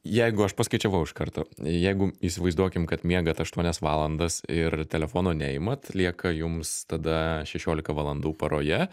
jeigu aš paskaičiavau iš karto jeigu įsivaizduokim kad miegat aštuonias valandas ir telefono neimat lieka jums tada šešiolika valandų paroje